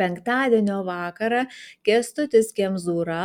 penktadienio vakarą kęstutis kemzūra